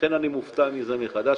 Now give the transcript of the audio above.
לכן אני מופתע מזה מחדש.